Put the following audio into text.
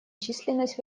численность